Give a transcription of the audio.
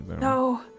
No